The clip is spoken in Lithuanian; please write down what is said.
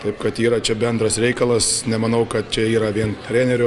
taip kad yra čia bendras reikalas nemanau kad čia yra vien trenerio